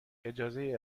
اجازه